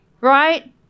Right